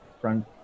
front